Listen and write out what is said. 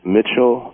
Mitchell